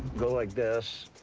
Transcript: go like this.